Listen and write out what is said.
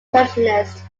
traditionalists